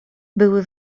były